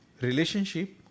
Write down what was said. relationship